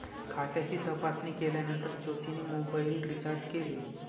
खात्याची तपासणी केल्यानंतर ज्योतीने मोबाइल रीचार्ज केले